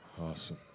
Awesome